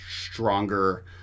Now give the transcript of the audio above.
stronger